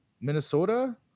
Minnesota